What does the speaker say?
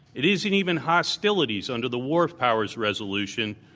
it isn't even hostilities under the war powers resolution,